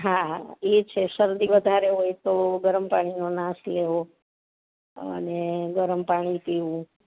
હાં એ છે શરદી વધારે હોય તો ગરમ પાણીનો નાસ લેવો અને ગરમ પાણી પીવું